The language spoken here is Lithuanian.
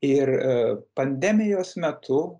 ir pandemijos metu